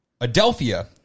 Adelphia